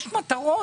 יש מטרות.